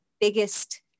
biggest